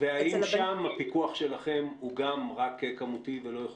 האם שם הפיקוח שלכם הוא גם רק כמותי ולא איכותי?